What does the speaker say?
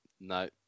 No